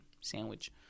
sandwich